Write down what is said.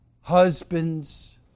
husbands